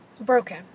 broken